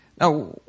Now